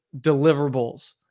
deliverables